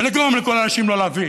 ולגרום לכל האנשים לא להבין,